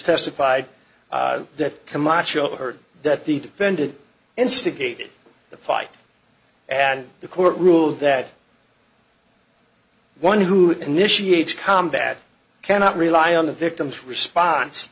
testified that camacho heard that the defendant instigated the fight and the court ruled that one who initiate combat cannot rely on the victim's response